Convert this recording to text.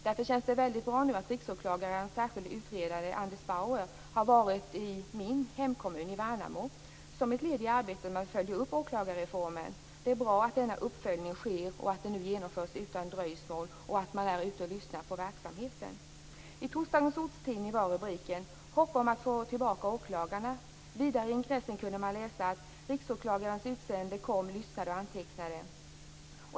Därför känns det mycket bra att Riksåklagarens särskilde utredare Anders Bauer har varit i min hemkommun, i Värnamo, som ett led i arbetet med att följa upp åklagarreformen. Det är bra att denna uppföljning nu genomförs utan dröjsmål och att man är ute och lyssnar på verksamheten. I torsdagens ortstidning var rubriken: Hopp om att få tillbaka åklagarna. Vidare i ingressen kunde man läsa: Riksåklagarens utsände kom, lyssnade och antecknade.